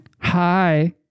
Hi